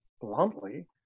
bluntly